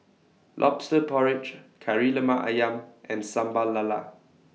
Lobster Porridge Kari Lemak Ayam and Sambal Lala